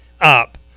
up